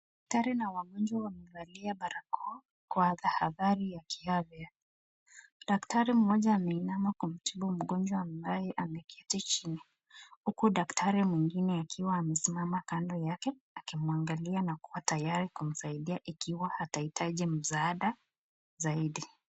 Daktari na wagonjwa wamevalia barakoa kwa tahadhari ya kiafya. Daktari mmoja ameinama kumtibu mgonjwa ambaye ameketi chini huku daktari mwingine akiwa amesimama kando yake akimwangalia na kuwa tayari kumsaidia ikiwa atahitaji msaada zaidi.